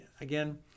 again